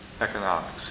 economics